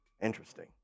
Interesting